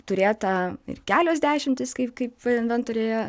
turėta ir kelios dešimtys kaip kaip inventoriuje